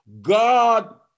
God